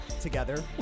together